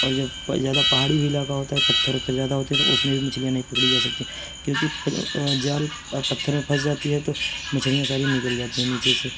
اور جب زیادہ پہاڑی بھی علاقہ ہوتا ہے پتھر اتھر زیادہ ہوتے ہیں تو اس میں بھی مچھلیاں نہیں پکڑی جا سکتی کیونکہ جال پتھر میں پھنس جاتی ہے تو مچھلیاں ساری نکل جاتی ہیں نیچے سے